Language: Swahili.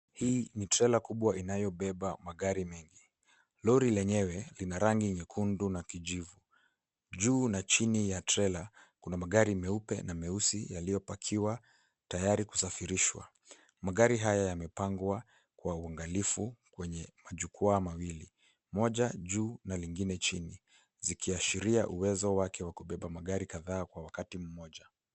Hii ni trela kubwa inayobeba magari mengi. Lori lenyewe lina rangi nyekundu na kijivu. Juu na chini ya trela kuna magari meupe na meusi yaliyopakiwa tayari kusafirishwa. Magari haya yamepangwa kwa uangalifu kwenye jukwaa mawili; moja juu na lingine chini, zikiashiria uwezo wake wa kubeba magari kadhaa kwa wakati mmoja.